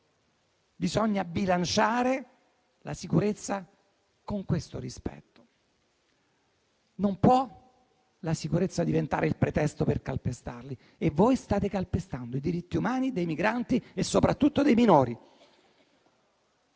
Bisogna bilanciare la sicurezza con questo rispetto. Non può la sicurezza diventare il pretesto per calpestarli e voi state calpestando i diritti umani dei migranti e soprattutto dei minori.